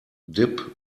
dip